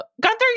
Gunther